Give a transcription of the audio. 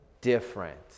different